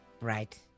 Right